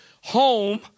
home